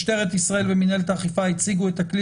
משטרת ישראל ומנהלת האכיפה הציגו את הכלי